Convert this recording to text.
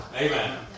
Amen